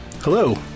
Hello